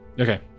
Okay